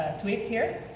tweets here.